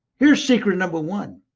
here is secret number one.